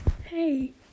Hey